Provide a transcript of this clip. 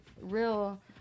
real